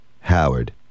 Howard